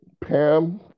Pam